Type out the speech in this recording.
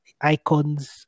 icons